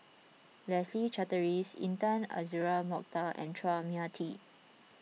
Leslie Charteris Intan Azura Mokhtar and Chua Mia Tee